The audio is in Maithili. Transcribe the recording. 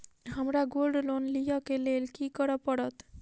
हमरा गोल्ड लोन लिय केँ लेल की करऽ पड़त?